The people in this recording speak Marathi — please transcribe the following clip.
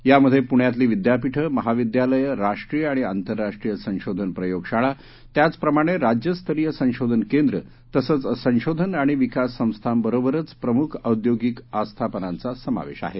यामध्ये पूण्यातली विद्यापिठं महाविद्यालयं राष्ट्रीय आणि आंतरराष्ट्रीय संशोधन प्रयोगशाळा त्याचप्रमाणे राज्यस्तरीय संशोधन केंद्र तसचं संशोधन आणि विकास संस्थांबरोबरच प्रमुख औद्योगिक आस्थापनांचा समावेश आहे